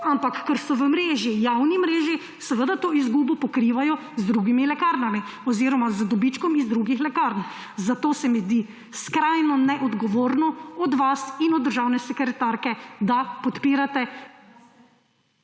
Ampak ker so v javni mreži, seveda to izgubo pokrivajo z drugimi lekarnami oziroma z dobičkom iz drugih lekarn. Zato se mi zdi skrajno neodgovorno od vas in od državne sekretarke, da podpirate